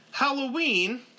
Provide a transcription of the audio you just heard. Halloween